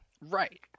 Right